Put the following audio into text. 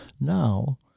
Now